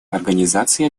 организации